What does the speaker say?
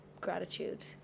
gratitude